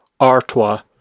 Artois